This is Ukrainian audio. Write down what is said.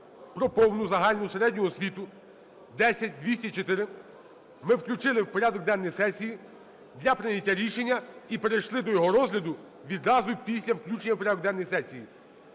про повну загальну середню освіту (10204) ми включили в порядок денний сесії для прийняття рішення і перейшли до його розгляду відразу після включення в порядок денний сесії.